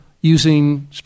using